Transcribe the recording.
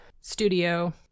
studio